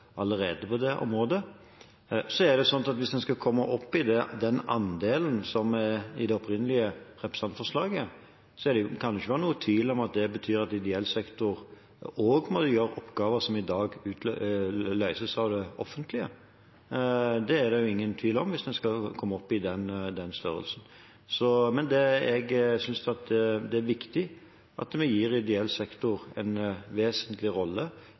allerede på dette området. Men hvis en skal komme opp i den andelen som er i det opprinnelige representantforslaget, kan det jo ikke være noen tvil om at det betyr at ideell sektor også må gjøre oppgaver som i dag løses av det offentlige. Det er det ingen tvil om hvis en skal komme opp i den størrelsen. Men jeg synes det er viktig at vi gir ideell sektor en vesentlig rolle